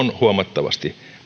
huomattavasti